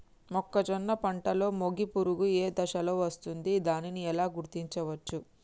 మొక్కజొన్న పంటలో మొగి పురుగు ఏ దశలో వస్తుంది? దానిని ఎలా గుర్తించవచ్చు?